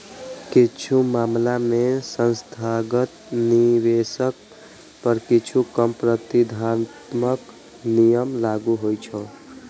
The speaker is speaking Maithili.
किछु मामला मे संस्थागत निवेशक पर किछु कम प्रतिबंधात्मक नियम लागू होइ छै